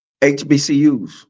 HBCUs